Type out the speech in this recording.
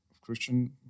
Christian